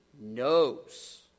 knows